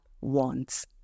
wants